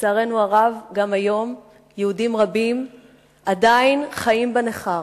לצערנו הרב, גם היום יהודים רבים עדיין חיים בנכר,